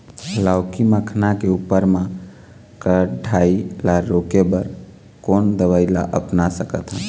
लाउकी मखना के फर मा कढ़ाई ला रोके बर कोन दवई ला अपना सकथन?